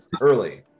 early